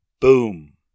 boom